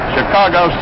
Chicago